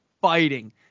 fighting